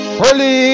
Holy